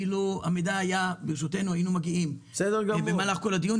אילו המידע היה ברשותנו היינו מגיעים ומשתתפים במהלך כל הדיון.